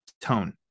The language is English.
tone